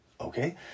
Okay